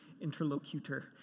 interlocutor